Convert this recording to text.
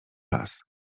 las